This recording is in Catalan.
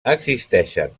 existeixen